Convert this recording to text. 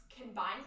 combined